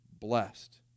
blessed